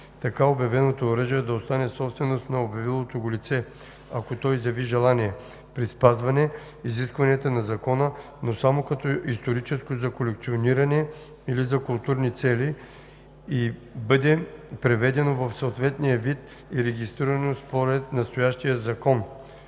Така обявеното оръжие да остане собственост на обявилото го лице (ако то изяви желание) при спазване изискванията на закона но само като „историческо за колекциониране“ или за „културни цели“ и бъде преведено в съответния вид и регистрирано според настоящия закон